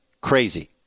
crazy